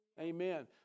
Amen